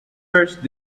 first